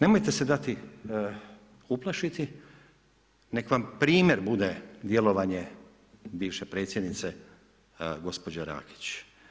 Nemojte se dati uplašiti nek vam primjer bude djelovanje bivše predsjednice gospođe Rakić.